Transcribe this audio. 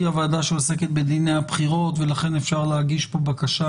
הוועדה שעוסקת בדיני הבחירות ולכן אפשר להגיש פה בקשה